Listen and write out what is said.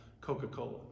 Coca-Cola